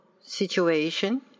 situation